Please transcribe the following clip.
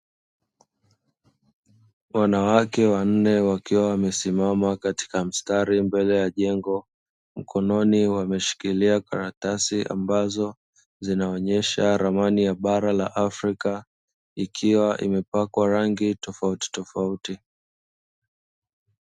Wanawake wanne wakiwa wamesimama katika mstari mbele ya jengo, mkononi wameshikilia karatasi ambazo zinaonyesha ramani ya bara la Afrika ikiwa imepakwa rangi tofautitofauti.